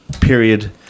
period